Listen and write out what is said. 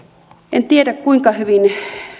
en tiedä kuinka hyvin